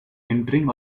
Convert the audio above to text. entering